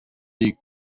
die